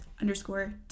underscore